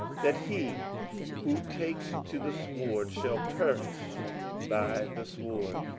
that he who takes to the sword shall perish by the sword,